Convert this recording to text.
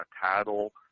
title